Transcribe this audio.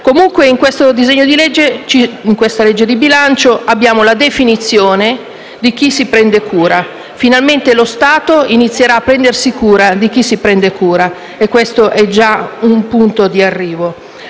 modo, in questo disegno di legge di bilancio abbiamo la definizione di chi si prende cura: finalmente lo Stato inizierà a prendersi cura di chi si prende cura, e questo è un già un punto di arrivo.